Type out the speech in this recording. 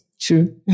true